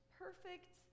perfect